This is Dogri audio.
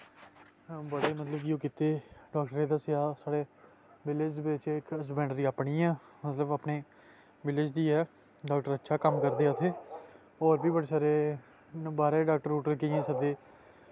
बड़े मतलब कि ओह् कीते डाक्टरे दस्सेआ साढ़े विलेज बिच हस्वैंडरी इक अपनी ऐ मतलब अपने विलेज दी ऐ डाक्टर अच्छा कम्म करदे उत्थै होर बी बड़े सारे बाह्रे डाक्टर डूक्टर केइयैं सद्दे